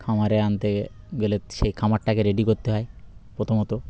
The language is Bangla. খামারে আনতে গেলে সেই খামারটাকে রেডি করতে হয় প্রথমত